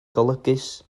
golygus